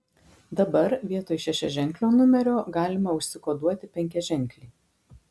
dabar vietoj šešiaženklio numerio galima užsikoduoti penkiaženklį